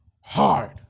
hard